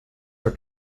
are